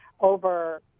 over